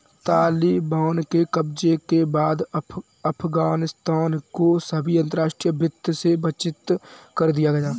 तालिबान के कब्जे के बाद अफगानिस्तान को सभी अंतरराष्ट्रीय वित्त से वंचित कर दिया गया